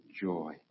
joy